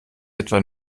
etwa